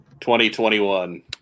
2021